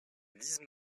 lise